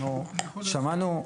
אנחנו שמענו.